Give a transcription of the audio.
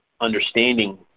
understanding